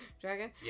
dragon